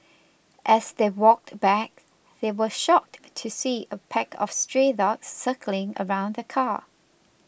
as they walked back they were shocked to see a pack of stray dogs circling around the car